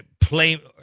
play